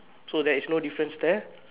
so there's no difference there